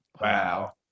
Wow